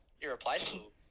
irreplaceable